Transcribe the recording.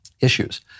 issues